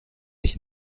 ich